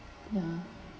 ya